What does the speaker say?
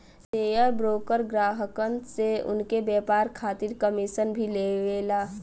share broker ग्राहकन से उनके व्यापार खातिर कमीशन भी लेवला